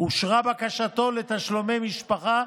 אושרה בקשתו לתשלומי משפחה,